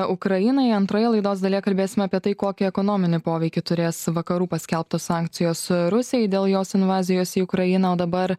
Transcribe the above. ukrainai antroje laidos dalyje kalbėsim apie tai kokį ekonominį poveikį turės vakarų paskelbtos sankcijos rusijai dėl jos invazijos į ukrainą o dabar